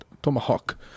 Tomahawk